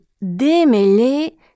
démêler